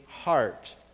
heart